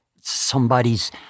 somebody's